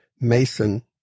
Mason